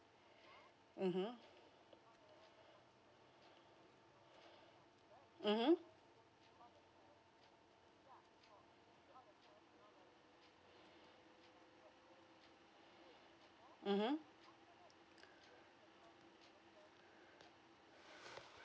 mmhmm mmhmm mmhmm